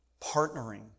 partnering